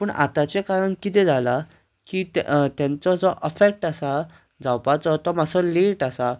पूण आताचे काळान कितें जाला काी तांचो जो अफेक्ट आसा जावपाचो तो मातसो लेट आसा